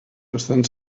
estan